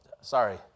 sorry